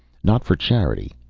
not for charity,